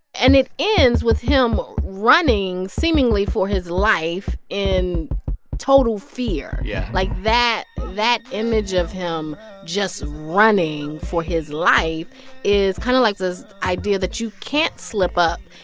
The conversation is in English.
and it ends with him running, seemingly for his life, in total fear yeah like, that that image of him just running for his life is kind of like this idea that you can't slip up,